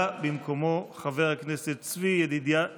בא במקומו חבר הכנסת צבי ידידיה סוכות.